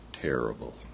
terrible